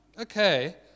okay